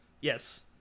Yes